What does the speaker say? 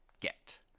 get